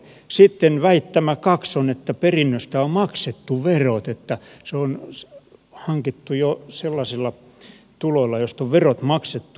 sitten väittämä kaksi on että perinnöstä on maksettu verot että se on hankittu sellaisilla tuloilla joista on verot jo maksettu